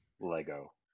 lego